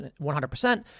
100%